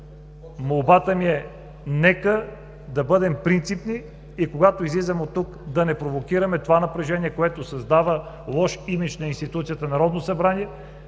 молбата ми е да бъдем принципни и когато излизаме оттук – да не провокираме това напрежение, което създава лош имидж на институцията Народно събрание,